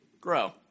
grow